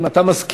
אם אתה מסכים,